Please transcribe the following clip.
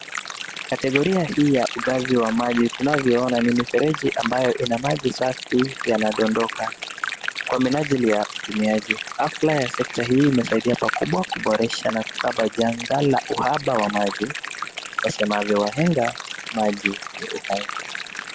Kategoria hii ya ugavi wa mali tunavyoona ni mifereji ambayo ina maji safi yanadondoka kwa minajili ya utunzaji. Hafla ya sekta hii inasaidia pakubwa kuboresha na kukaba njaa na uhaba wa maji. Wasemavyo wahenga maji ni uhai.